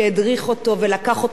הכניס אותו לפנימייה,